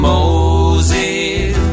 Moses